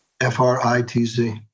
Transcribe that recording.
F-R-I-T-Z